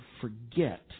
forget